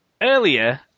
earlier